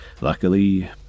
luckily